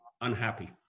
unhappy